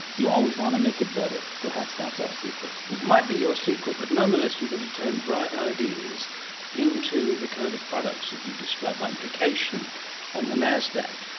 you always want to make it better. perhaps that's our secret. it might be your secret but nonetheless you've got to turn bright ideas into the kind of products that you describe by implication on the nasdaq,